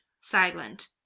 silent